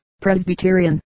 Presbyterian